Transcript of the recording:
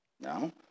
No